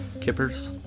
Kippers